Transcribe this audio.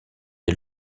est